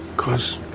cause.